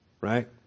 right